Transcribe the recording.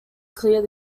clear